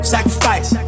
Sacrifice